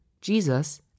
Jesus